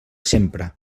sempre